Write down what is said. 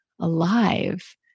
alive